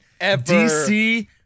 DC